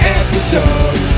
episode